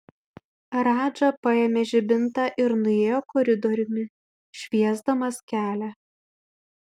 radža paėmė žibintą ir nuėjo koridoriumi šviesdamas kelią